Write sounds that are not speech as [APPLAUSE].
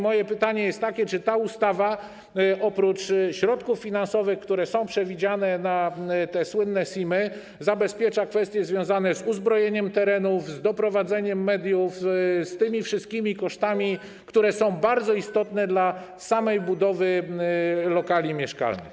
Moje pytanie jest takie, czy ta ustawa - oprócz środków finansowych, które są przewidziane na te słynne SIM-y - zabezpiecza kwestie związane z uzbrojeniem terenów, z doprowadzeniem mediów, z tymi wszystkimi kosztami, [NOISE] które są bardzo istotne dla samej budowy lokali mieszkalnych.